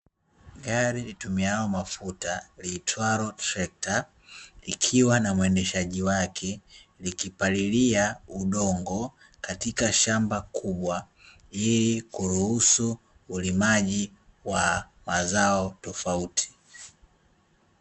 Gari litumialo mafuta liitwalo Trekta likiwa na mwendeshaji wake, likipalilia udongo katika shamba kubwa ili kuruhusu ulimaji wa mazao tofauti.